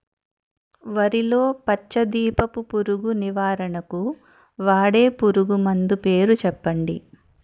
వరిలో పచ్చ దీపపు పురుగు నివారణకు వాడే పురుగుమందు పేరు చెప్పండి?